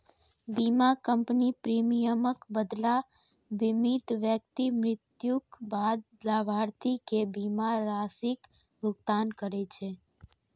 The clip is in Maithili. बीमा कंपनी प्रीमियमक बदला बीमित व्यक्ति मृत्युक बाद लाभार्थी कें बीमा राशिक भुगतान करै छै